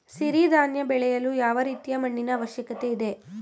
ಸಿರಿ ಧಾನ್ಯ ಬೆಳೆಯಲು ಯಾವ ರೀತಿಯ ಮಣ್ಣಿನ ಅವಶ್ಯಕತೆ ಇದೆ?